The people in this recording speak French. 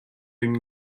une